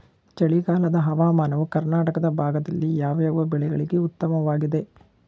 ಚಳಿಗಾಲದ ಹವಾಮಾನವು ಕರ್ನಾಟಕದ ಭಾಗದಲ್ಲಿ ಯಾವ್ಯಾವ ಬೆಳೆಗಳಿಗೆ ಉತ್ತಮವಾಗಿದೆ?